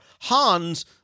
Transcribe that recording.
Hans